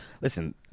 Listen